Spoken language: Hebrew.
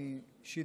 אני אישית,